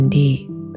deep